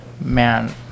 man